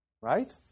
right